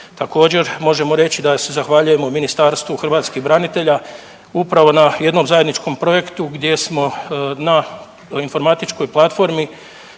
Također možemo reći da se zahvaljujemo Ministarstvu hrvatskih branitelja upravo na jednom zajedničkom projektu gdje smo na informatičkoj platformi